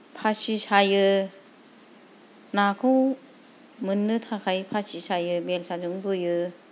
फासि सायो नाखौ मोननो थाखाय फासि सायो बेलसाजों बोयो